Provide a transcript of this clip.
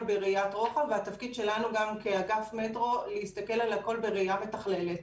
בראיית רוחב והתפקיד שלנו כאגף מטרו להסתכל על הכול בראייה מתכללת.